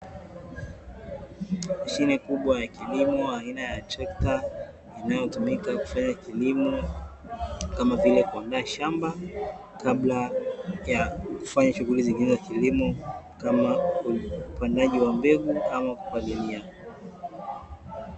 Mashine kubwa ya kilimo aina ya trekta, inayotumika kufanya kilimo kama vile kuandaa shamba kabla ya kufanya shughuli zingine za kilimo, kama upandaji wa mbegu ama kupalilia.